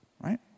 right